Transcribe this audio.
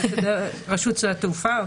רשות שדות התעופה.